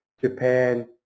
Japan